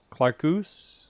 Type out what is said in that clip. Clarkus